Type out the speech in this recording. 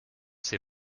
c’est